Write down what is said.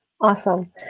Awesome